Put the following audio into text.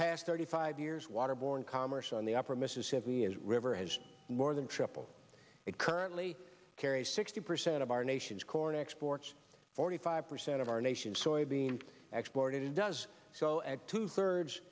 past thirty five years waterborne commerce on the upper mississippi as river has more than triple it currently carries sixty percent of our nation's corn exports forty five percent of our nation's soybean export it does so at two thirds